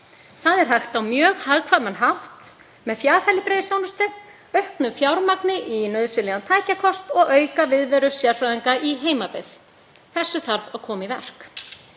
Það er hægt á mjög hagkvæman hátt með fjarheilbrigðisþjónustu, auknu fjármagni í nauðsynlegan tækjakost og því að auka viðveru sérfræðinga í heimabyggð. Þessu þarf að koma í verk.